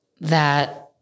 that-